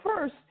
first